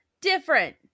different